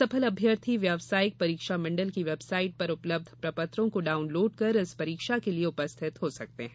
सफल अभ्यर्थी व्यवसायिक परीक्षा मंडल की वेबसाइट पर उपलब्ध प्रपत्रों को डाउनलोड कर इस परीक्षा के लिये उपस्थित हो सकते हैं